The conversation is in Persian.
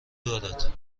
دارد